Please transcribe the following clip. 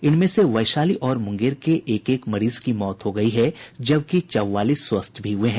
इनमें से वैशाली और मुंगेर के एक एक मरीज की मौत हो गयी है जबकि चौवालीस स्वस्थ भी हुये हैं